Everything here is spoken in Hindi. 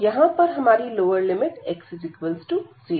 तो यहां पर हमारी लोअर लिमिट x0 है